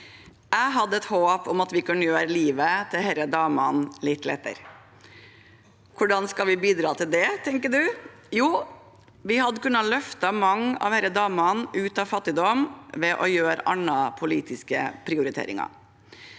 Jeg hadde et håp om at vi kunne gjøre livet til disse damene litt lettere. Hvordan skal vi bidra til det, tenker du. Jo, vi hadde kunnet løfte mange av disse damene ut av fattigdom ved å gjøre andre politiske prioriteringer.